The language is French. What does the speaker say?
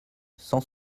cent